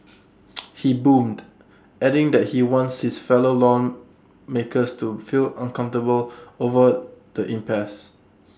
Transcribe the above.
he boomed adding that he wants his fellow lawmakers to feel uncomfortable over the impasse